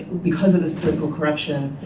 because of this political corruption,